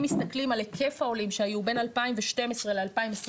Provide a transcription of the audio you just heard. מסתכלים על היקף העולים שהיו בין 2012 ל-2022,